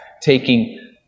taking